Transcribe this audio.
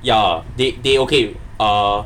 ya they they okay uh